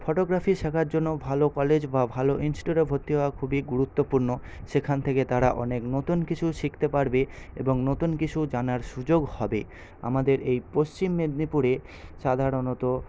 photography শেখার জন্য ভালো কলেজ বা ভালো ইনস্টিটিউটে ভর্তি হওয়া খুবই গুরুত্বপূর্ণ সেখান থেকে তারা অনেক নতুন কিছু শিখতে পারবে এবং নতুন কিছু জানার সুযোগ হবে আমাদের এই পশ্চিম মেদিনীপুরে সাধারণত